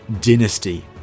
dynasty